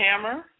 Hammer